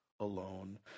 Alone